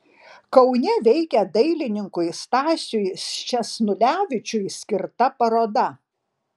kaune veikia dailininkui stasiui sčesnulevičiui skirta paroda